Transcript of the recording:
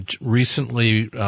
recently